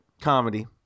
Comedy